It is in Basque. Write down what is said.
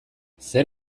zer